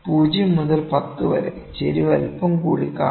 0 മുതൽ 10 വരെ ചരിവ് അല്പം കൂടി കാണും